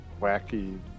wacky